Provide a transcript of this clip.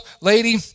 lady